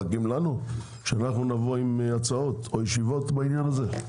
אתם מחכים לנו שאנחנו נבוא עם הצעות או ישיבות בעניין הזה?